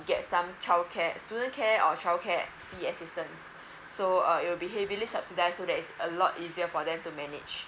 get some childcare student care or childcare fee assistance so uh it will be heavily subsidise so that it's a lot easier for them to manage